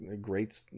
great